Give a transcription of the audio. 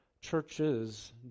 churches